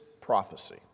prophecy